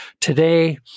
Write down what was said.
Today